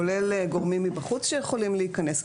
כולל גורמים מבחוץ שיכולים להיכנס.